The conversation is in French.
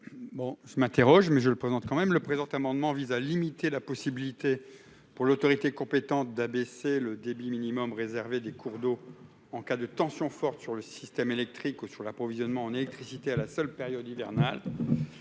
je m'interroge, mais je le présente quand même le présent amendement vise à limiter la possibilité pour l'autorité compétente d'abaisser le débit minimum réservé des cours d'eau en cas de tension forte sur le système électrique ou sur l'approvisionnement en électricité à la seule période hivernale,